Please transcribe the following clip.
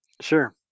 Sure